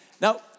Now